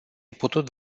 putut